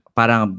parang